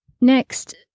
Next